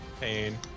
Pain